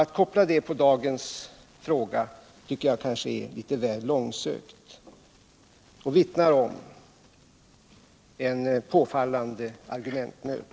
Att koppla det på dagens fråga tycker jag är litet väl långsökt och vittnar om en påfallande argumentnöd.